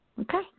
Okay